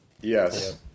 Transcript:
Yes